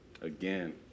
again